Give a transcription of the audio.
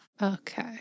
Okay